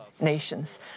nations